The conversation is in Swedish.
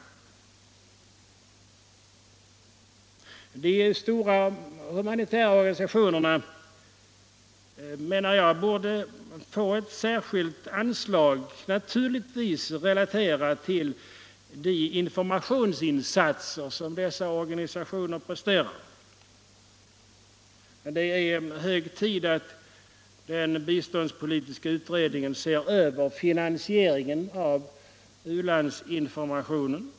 Jag menar att de stora humanitära organisationerna borde få ett särskilt anslag som naturligtvis skulle vara relaterat till de informationsinsatser dessa organisationer presterar. Det är hög tid att den biståndspolitiska utredningen ser över finansieringen av u-landsinformationen.